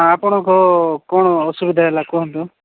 ହଁ ଆପଣଙ୍କ କ'ଣ ଅସୁବିଧା ହେଲା କୁହନ୍ତୁ